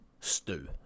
Stu